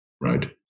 right